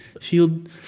shield